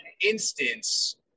instance